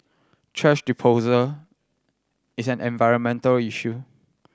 thrash disposal is an environmental issue